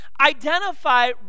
identify